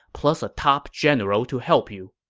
plus a top general to help you.